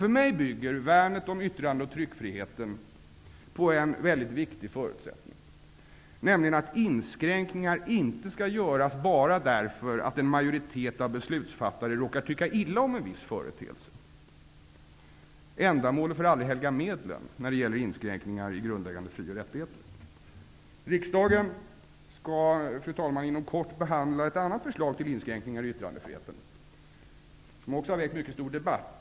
För mig bygger värnet om yttrande och tryckfriheten på en väldigt viktig förutsättning, nämligen att inskränkningar inte skall göras bara därför att en majoritet av beslutsfattarna råkar tycka illa om en viss företeelse. Ändamålet får aldrig helga medlen när det gäller inskränkningar i grundläggande fri och rättigheter. Riksdagen skall, fru talman, inom kort behandla ett annat förslag till inskränkningar i yttrandefriheten, ett ärende som också har väckt mycket stor debatt.